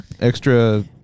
extra